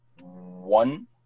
one